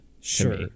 sure